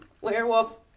Werewolf